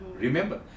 Remember